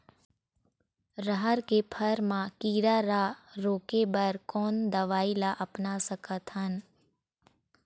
रहर के फर मा किरा रा रोके बर कोन दवई ला अपना सकथन?